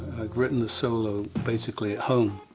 had written the solo basically at home,